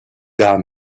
gar